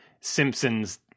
Simpsons